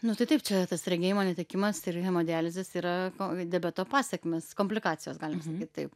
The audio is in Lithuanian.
nu tai taip čia tas regėjimo netekimas ir hemodializės yra ko diabeto pasekmės komplikacijos galima sakyt taip